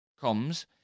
comes